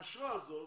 האשרה הזאת